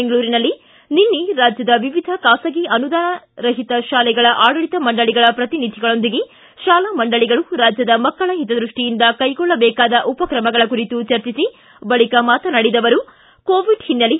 ಬೆಂಗಳೂರಿನಲ್ಲಿ ನಿನ್ನೆ ರಾಜ್ಯದ ವಿವಿಧ ಖಾಸಗಿ ಅನುದಾನ ರಹಿತ ಶಾಲೆಗಳ ಆಡಳತ ಮಂಡಳಿಗಳ ಪ್ರತಿನಿಧಿಗಳೊಂದಿಗೆ ಶಾಲಾ ಮಂಡಳಿಗಳು ರಾಜ್ಯದ ಮಕ್ಕಳ ಹಿತದ್ಯಸ್ವಿಯಿಂದ ಕೈಗೊಳ್ಳಬೇಕಾದ ಉಪಕ್ರಮಗಳ ಕುರಿತು ಚರ್ಚಿಸಿ ಬಳಿಕ ಮಾತನಾಡಿದ ಅವರು ಕೋವಿಡ್ ಹಿನ್ನೆಲೆ